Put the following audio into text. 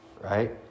Right